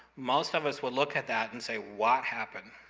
most of us would look at that and say, what happened?